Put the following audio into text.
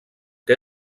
que